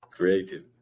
Creative